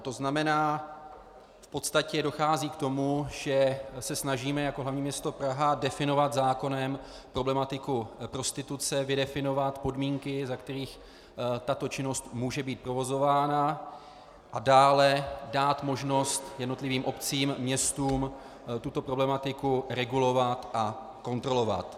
To znamená, že v podstatě dochází k tomu, že se snažíme jako hlavní město Praha definovat zákonem problematiku prostituce, vydefinovat podmínky, za kterých tato činnost může být provozována, a dále dát možnost jednotlivým obcím a městům tuto problematiku regulovat a kontrolovat.